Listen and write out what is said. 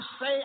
say